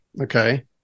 Okay